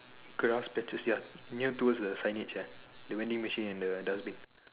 career status ya near towards the signage there the vending machine and dustbin